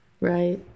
Right